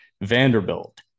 Vanderbilt